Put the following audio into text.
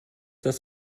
das